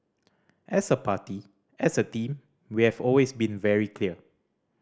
as a party as a team we have always been very clear